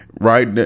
Right